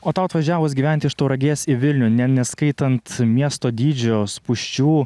o tau atvažiavus gyventi iš tauragės į vilnių ne neskaitant miesto dydžio spūsčių